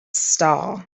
star